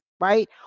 right